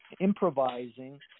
improvising